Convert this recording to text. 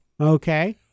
Okay